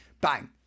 Bang